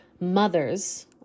mothers